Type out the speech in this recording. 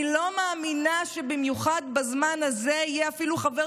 אני לא מאמינה שבמיוחד בזמן הזה יהיה אפילו חבר